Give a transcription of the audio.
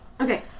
Okay